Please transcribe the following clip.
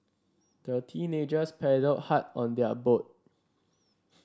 the teenagers paddled hard on their boat